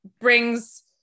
brings